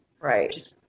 Right